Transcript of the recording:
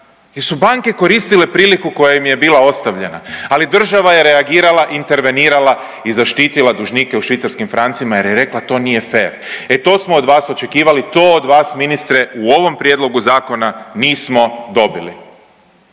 su banke koristile priliku koja im je bila ostavljena. Ali država je reagirala i intervenirala i zaštitila dužnike u švicarskim francima jer je rekla to nije fer. E to smo od vas očekivali, to od vas ministre u ovom prijedlogu zakona nismo dobili.